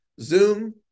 Zoom